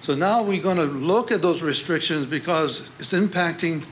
so now we're going to look at those restrictions because it's impacting